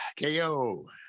ko